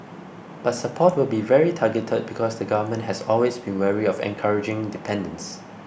but support will be very targeted because the Government has always been wary of encouraging dependence